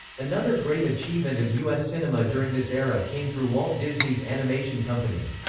another great achievement of us cinema during this era came through walt disney's animation company.